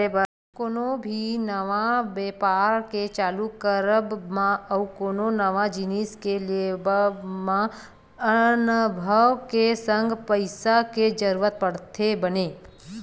कोनो भी नवा बेपार के चालू करब मा अउ कोनो नवा जिनिस के लेवब म अनभव के संग पइसा के जरुरत पड़थे बने